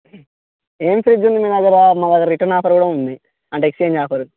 ఏం ఫ్రిడ్జ్ ఉంది మీ దగ్గర మా దగ్గర రిటర్న్ ఆఫర్ కూడా ఉంది అంటే ఎక్స్ఛేంజ్ ఆఫర్